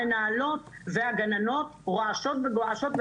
המנהלות והגננות רועשות וגועשות,